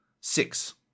six